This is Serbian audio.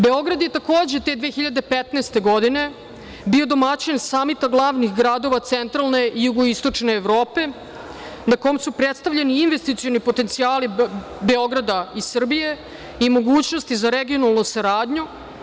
Beograd je takođe te 2015. godine bio domaćin Samita glavnih gradova centralne i jugoistočne Evrope, na kom su predstavljeni investicioni potencijali Beograda i Srbije i mogućnosti za regionalnu saradnju.